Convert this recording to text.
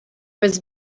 was